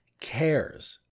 cares